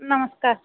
ନମସ୍କାର